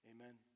Amen